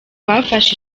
bafashe